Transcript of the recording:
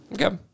Okay